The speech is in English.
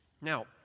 Now